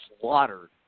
slaughtered